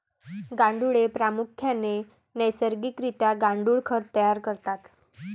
गांडुळे प्रामुख्याने नैसर्गिक रित्या गांडुळ खत तयार करतात